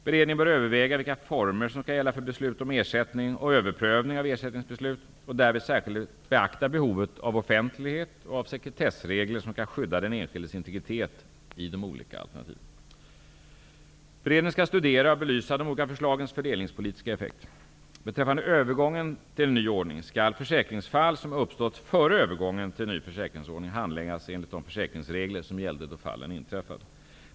Beredningen bör överväga vilka former som skall gälla för beslut om ersättning och överprövning av ersättningsbeslut och därvid särskilt beakta behovet av offentlighet och av sekretessregler som skall skydda den enskildes integritet i de olika alternativen. Beredningen skall studera och belysa de olika förslagens fördelningspolitiska effekter. Beträffande övergången till en ny ordning skall försäkringsfall, som uppstått före övergången till en ny försäkringsordning, handläggas enligt de försäkringsregler som gällde då fallen inträffade.